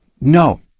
No